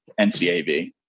NCAV